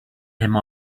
him